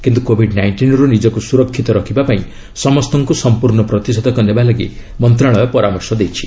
କିନ୍ତୁ କୋବିଡ୍ ନାଇଷ୍ଟିନ୍ରୁ ନିଜକୁ ସୁରକ୍ଷିତ ରଖିବାପାଇଁ ସମସ୍ତଙ୍କୁ ସମ୍ପର୍ଷ୍ଣ ପ୍ରତିଷେଧକ ନେବାଲାଗି ମନ୍ତ୍ରଣାଳୟ ପରାମର୍ଶ ଦେଇଛି